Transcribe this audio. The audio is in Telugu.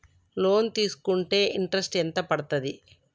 లోన్ తీస్కుంటే ఇంట్రెస్ట్ ఎంత పడ్తది?